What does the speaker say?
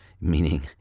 meaning